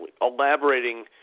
elaborating